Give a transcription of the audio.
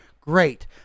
great